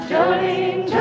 Jolene